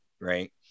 right